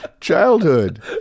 childhood